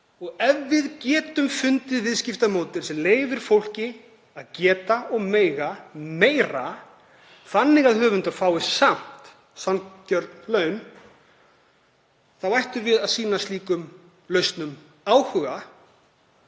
Ef við getum fundið viðskiptamódel sem leyfir fólki að geta og mega meira þannig að höfundar fái samt sanngjörn laun þá ættum við að sýna slíkum lausnum áhuga